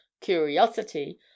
curiosity